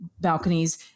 balconies